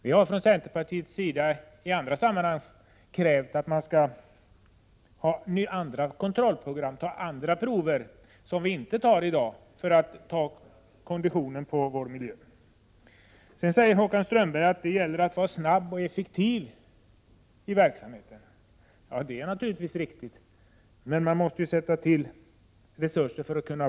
Vi har från centerpartiets sida i andra sammanhang krävt andra kontrollprogram och att andra prover tas som vi inte gör i dag, för att kontrollera konditionen på vår miljö. Håkan Strömberg säger att det gäller att verksamheten är snabb och effektiv. Det är naturligtvis riktigt. Men det kräver också resurser.